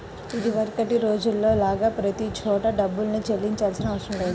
ఇదివరకటి రోజుల్లో లాగా ప్రతి చోటా డబ్బుల్నే చెల్లించాల్సిన అవసరం లేదు